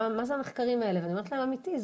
מה זה המחקרים האלה?' ואני אומרת להם אמיתי,